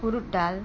urad dal